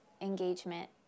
engagement